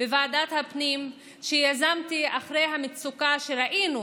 בוועדת הפנים, שיזמתי אחרי המצוקה, וראינו